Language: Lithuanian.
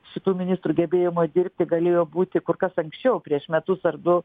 šitų ministrų gebėjimo dirbti galėjo būti kur kas anksčiau prieš metus ar du